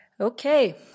Okay